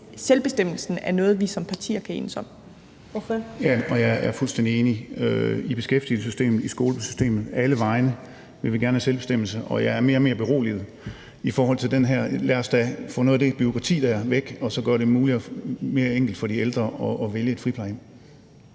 Torsten Gejl (ALT): Ja. Og jeg er fuldstændig enig; i beskæftigelsessystemet, i skolesystemet – alle vegne – vil vi gerne have selvbestemmelse. Og jeg er mere og mere beroliget i forhold til det med, at vi skal have noget af det der bureaukrati væk og så gøre det mere enkelt for de ældre at vælge et friplejehjem.